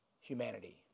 humanity